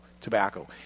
tobacco